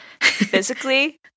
Physically